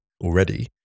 already